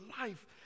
life